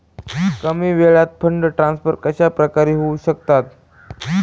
कमी वेळात fund transfer कशाप्रकारे होऊ शकतात?